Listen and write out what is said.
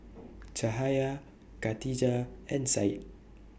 Cahaya Katijah and Said